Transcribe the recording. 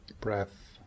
breath